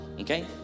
okay